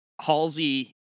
Halsey